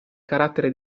carattere